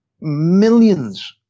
millions